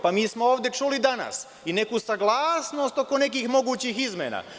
Pa mi smo ovde čuli danas i neku saglasnost oko nekih mogućih izmena.